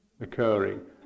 occurring